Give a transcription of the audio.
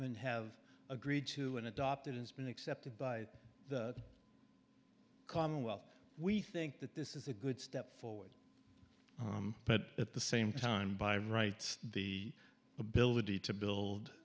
en have agreed to and adopted it's been accepted by the commonwealth we think that this is a good step forward but at the same time by rights the ability to build